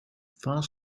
far